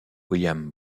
william